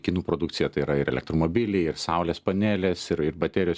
kinų produkcija tai yra ir elektromobiliai ir saulės panelės ir ir baterijos